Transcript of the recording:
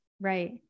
Right